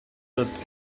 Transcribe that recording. that